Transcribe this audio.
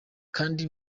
kandi